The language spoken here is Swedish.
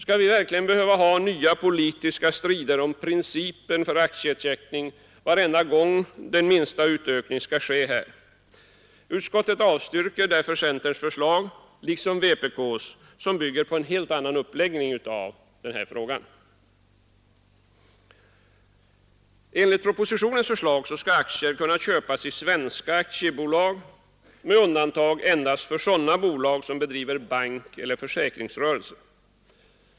Skall vi verkligen behöva ha nya politiska strider om principen för aktieteckning varenda gång den minsta utökning skall ske här? Utskottet avstyrker därför centerns liksom vpk :s förslag, vilket bygger på en helt annan uppläggning av den här frågan. Enligt propositionens förslag skall aktier kunna köpas i svenska aktiebolag med undantag endast för sådana bolag som bedriver bankeller försäkringsrörelse.